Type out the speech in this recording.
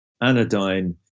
anodyne